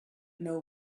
know